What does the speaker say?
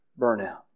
burnout